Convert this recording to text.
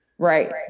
Right